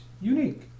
unique